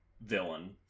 villain